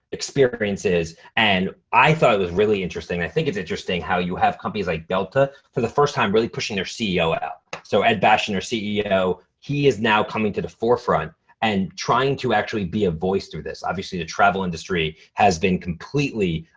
experiences and i thought it was really interesting. i think it's interesting how you have companies like delta for the first time really pushing their ceo out. so ed bastian their ceo, ceo, he is now coming to the forefront and trying to actually be a voice through this. obviously, the travel industry has been completely